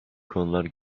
konular